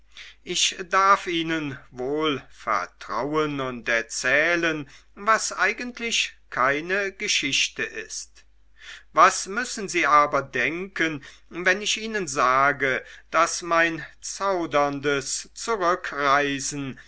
ich darf ihnen wohl vertrauen und erzählen was eigentlich keine geschichte ist was müssen sie aber denken wenn ich ihnen sage daß mein zauderndes zurückreisen